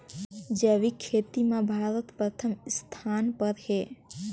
जैविक खेती म भारत प्रथम स्थान पर हे